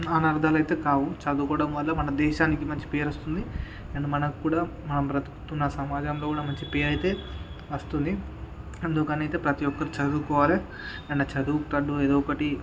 అనర్థాలు అయితే కావు చదువుకోవడం వల్ల మన దేశానికి మంచి పేరు వస్తుంది అండ్ మనక్కూడా మనం బ్రతుకుతున్న సమాజంలో కూడా మంచి పేరు అయితే వస్తుంది అందుకనైతే ప్రతి ఒక్కరు చదువుకోవాలి అండ్ చదువు తగట్టు ఎదో ఒకటి